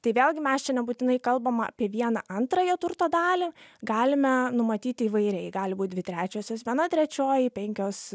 tai vėlgi mes čia nebūtinai kalbam apie vieną antrąją turto dalį galime numatyti įvairiai gali būti dvi trečiosios viena trečioji penkios